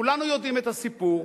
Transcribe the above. כולנו יודעים את הסיפור,